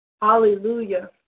Hallelujah